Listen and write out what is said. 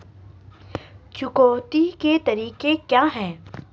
चुकौती के तरीके क्या हैं?